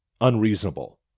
unreasonable